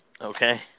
Okay